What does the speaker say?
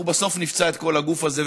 אנחנו בסוף נפצע את כל הגוף הזה.